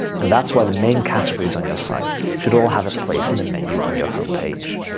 and that's why the main categories on your site should all have a place in the menu on your homepage.